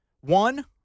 One